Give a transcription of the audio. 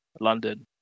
London